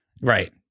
Right